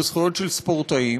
בזכויות של ספורטאים,